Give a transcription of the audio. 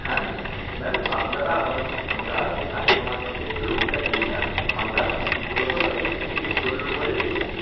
হ্যাঁ ma'am ma'am আপনারা আমরা যে কাস্টমারকে একটু লোনটা দিই ম্যাম আমরা মূলত তাদের সিবিল স্কোরের উপরেই দেখি